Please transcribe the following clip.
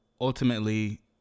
ultimately